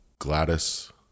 Gladys